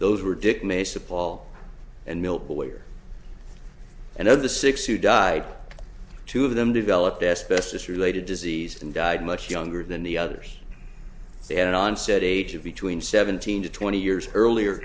those were dick mesa paul and milky way or another the six who died two of them developed asbestos related disease and died much younger than the others they had an onset aged between seventeen to twenty years earlier